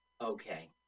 Okay